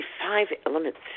five-elements